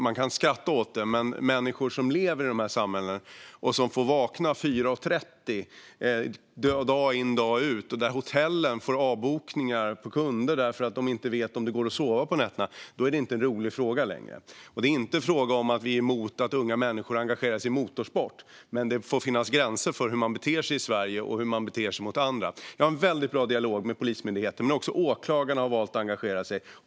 Man kan skratta åt det, men för människor som lever i de här samhällena och som får vakna klockan 4.30 dag ut och dag in och för de hotell som får avbokningar av kunder för att de inte vet om det går att sova på nätterna är det inte en rolig fråga längre. Det är inte fråga om att vi är emot att unga människor engagerar sig i motorsport, men det får finnas gränser för hur man beter sig i Sverige och hur man beter sig mot andra. Jag har en väldigt bra dialog med Polismyndigheten, men också åklagarna har valt att engagera sig.